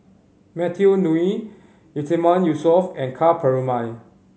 Matthew Ngui Yatiman Yusof and Ka Perumal